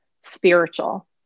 spiritual